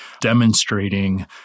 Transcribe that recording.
demonstrating